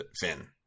Finn